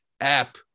app